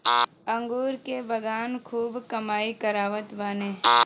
अंगूर के बगान खूब कमाई करावत बाने